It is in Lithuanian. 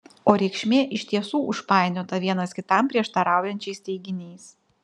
o reikšmė iš tiesų užpainiota vienas kitam prieštaraujančiais teiginiais